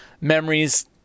memories